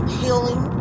healing